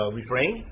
refrain